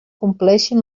compleixin